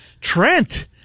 Trent